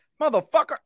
motherfucker